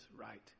right